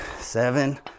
seven